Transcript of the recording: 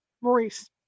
Maurice